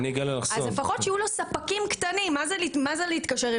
אז לפחות שיהיו לו ספקים קטנים מה זה להתקשר,